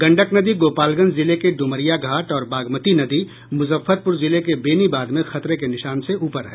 गंडक नदी गोपालगंज जिले के डुमरिया घाट और बागमती नदी मुजफ्फरपुर जिले के बेनीबाद में खतरे के निशान से ऊपर है